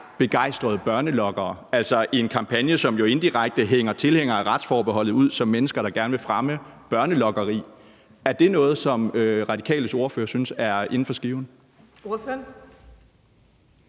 Begejstrede børnelokkere«, altså en kampagne, som jo indirekte hænger tilhængere af retsforbeholdet ud som mennesker, der gerne vil fremme børnelokkeri. Er det noget, som Radikales ordfører synes er inden for skiven?